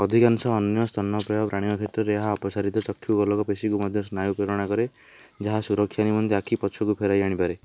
ଅଧିକାଂଶ ଅନ୍ୟ ସ୍ତନ୍ୟପେୟ ପ୍ରାଣୀଙ୍କ କ୍ଷେତ୍ରରେ ଏହା ଅପସାରିତ୍ର ଚକ୍ଷୁଗୋଲକ ପେଶୀକୁ ମଧ୍ୟ ସ୍ନାୟୁ ପ୍ରେରଣା କରେ ଯାହା ସୁରକ୍ଷା ନିମନ୍ତେ ଆଖିକୁ ପଛକୁ ଫେରାଇ ଆଣିପାରେ